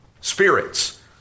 spirits